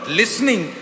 listening